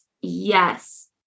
yes